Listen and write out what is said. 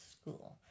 school